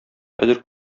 хәзер